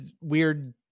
weird